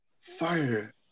Fire